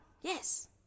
Yes